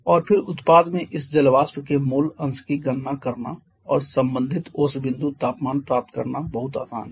और फिर उत्पाद में इस जल वाष्प के मोल अंश की गणना करना और संबंधित ओस बिंदु तापमान प्राप्त करना बहुत आसान है